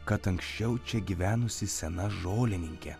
kad anksčiau čia gyvenusi sena žolininkė